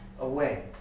away